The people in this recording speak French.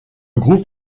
groupe